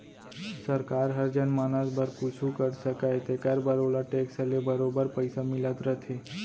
सरकार हर जनमानस बर कुछु कर सकय तेकर बर ओला टेक्स ले बरोबर पइसा मिलत रथे